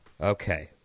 Okay